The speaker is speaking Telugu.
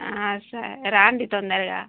సరే రాండి తొందరగా